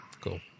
cool